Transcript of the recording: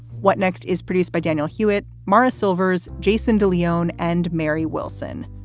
what next is produced by daniel hewitt, marra silvers, jason de leon and mary wilson.